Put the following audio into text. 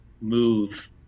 move